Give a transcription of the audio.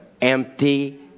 empty